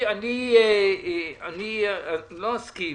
אני לא אסכים